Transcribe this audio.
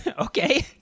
Okay